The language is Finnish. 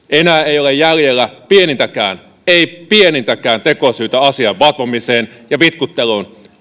ei ole jäljellä pienintäkään ei pienintäkään tekosyytä asian vatvomiseen ja vitkutteluun